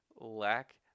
lack